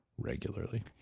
regularly